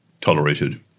tolerated